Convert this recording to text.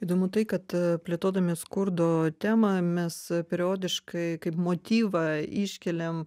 įdomu tai kad plėtodami skurdo temą mes periodiškai kaip motyvą iškeliam